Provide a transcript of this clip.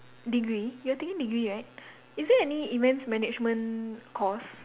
degree you are taking degree right is there any events management course